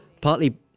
partly